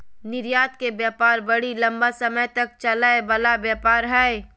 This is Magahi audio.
निर्यात के व्यापार बड़ी लम्बा समय तक चलय वला व्यापार हइ